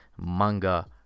manga